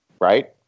right